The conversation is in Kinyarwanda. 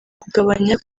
kugabanya